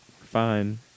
Fine